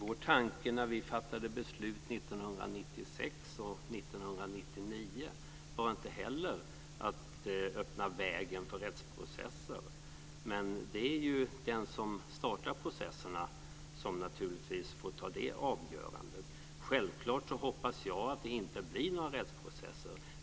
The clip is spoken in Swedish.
Fru talman! När vi fattade beslut 1996 respektive 1999 var vår tanke inte heller att öppna vägen för rättsprocesser. Det är den som startat processerna som naturligtvis får ta det avgörandet. Självklart hoppas jag att det inte blir några rättsprocesser.